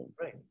Right